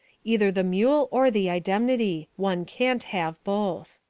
either the mule or the indemnity one can't have both.